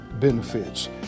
benefits